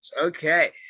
Okay